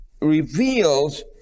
reveals